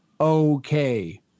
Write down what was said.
Okay